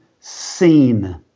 seen